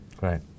Right